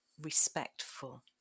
respectful